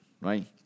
right